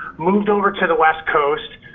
moved over to the west coast,